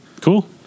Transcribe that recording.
Cool